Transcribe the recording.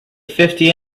fifty